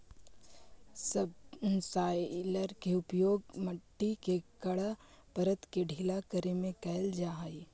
subsoiler के उपयोग मट्टी के कड़ा परत के ढीला करे में कैल जा हई